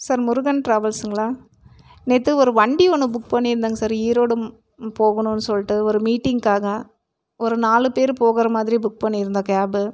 sir Murugan டிராவல்ஸுங்களா நேற்று ஒரு வண்டி ஒன்று புக் பண்ணியிருந்தேங்க சார் ஈரோடு போகணும்னு சொல்லிட்டு ஒரு மீட்டிங்குக்காக ஒரு நாலு பேர் போகிற மாதிரி புக் பண்ணியிருந்தேன் கேபு